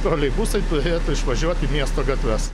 troleibusai turėtų išvažiuoti į miesto gatves